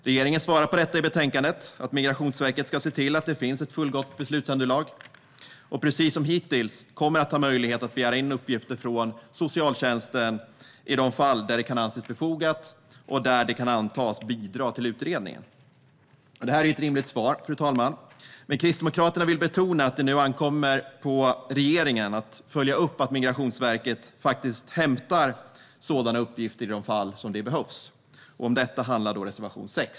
Regeringen svarar på detta i betänkandet och säger att Migrationsverket ska se till att det finns ett fullgott beslutsunderlag och, precis som hittills, kommer att ha möjlighet att begära in uppgifter från socialtjänsten i de fall där det kan anses befogat och där det kan antas bidra till utredningen. Fru talman! Detta är ett rimligt svar. Men Kristdemokraterna vill betona att det nu ankommer på regeringen att följa upp att Migrationsverket faktiskt inhämtar sådana uppgifter i de fall som det behövs. Om detta handlar reservation 6.